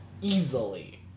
easily